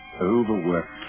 Overworked